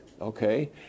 okay